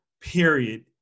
period